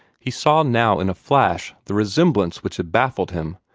he saw now in a flash the resemblance which had baffled him.